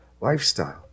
lifestyle